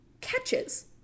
catches